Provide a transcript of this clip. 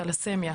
תלסמיה,